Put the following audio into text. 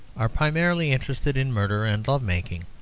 are primarily interested in murder and love-making.